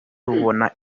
rubona